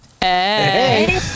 hey